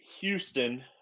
Houston